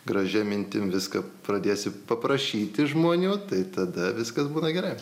gražia mintim viską pradėsi paprašyti žmonių tai tada viskas būna gerai